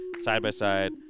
side-by-side